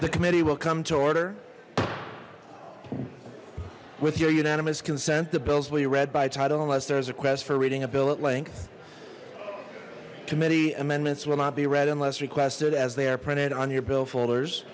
the committee will come to order with your unanimous consent the bills will be read by title unless there's requests for reading a bill at length committee amendments will not be read and less requested as they are printed on your bill folders